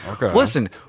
listen